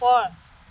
ওপৰ